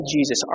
Jesus